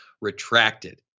retracted